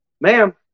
ma'am